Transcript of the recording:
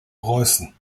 preußen